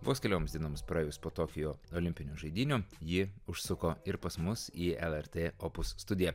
vos kelioms dienoms praėjus po tokijo olimpinių žaidynių ji užsuko ir pas mus į lrt opus studiją